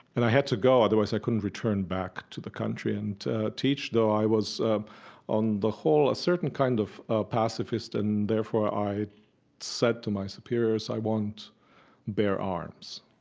and i had to go otherwise i couldn't return back to the country and teach, though i was, ah on the whole, a certain kind of pacifist, and therefore i said to my superiors, i won't bear arms